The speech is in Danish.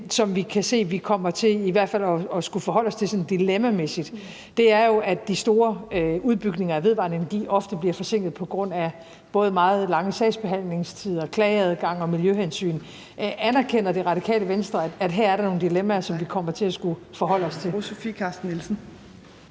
se vi i hvert fald kommer til at skulle forholde os til sådan dilemmamæssigt, er jo, at de store udbygninger af vedvarende energi ofte bliver forsinket på grund af meget lange sagsbehandlingstider, klageadgang og miljøhensyn. Anerkender Radikale Venstre, at her er der nogle dilemmaer, som vi kommer til at skulle forholde os til?